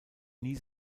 nie